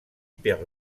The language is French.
per